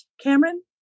Cameron